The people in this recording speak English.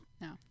No